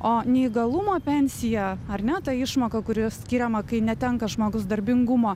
o neįgalumo pensija ar ne ta išmoka kuri skiriama kai netenka žmogus darbingumo